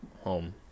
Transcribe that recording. home